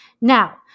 now